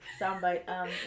soundbite